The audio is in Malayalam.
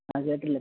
ആ കേട്ടില്ല പറ